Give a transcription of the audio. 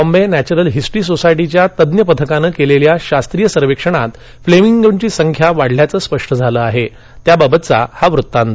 Bombay Natural History सोसायटीच्या तज्ज्ञ पथकानं केलेल्या शास्त्रीय सर्वेक्षणात फ्लेमिंगोची संख्या वाढल्याचं स्पष्ट झालं त्याबाबतचा हा वत्तांत